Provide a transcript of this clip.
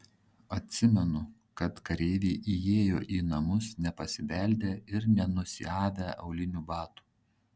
atsimenu kad kareiviai įėjo į namus nepasibeldę ir nenusiavę aulinių batų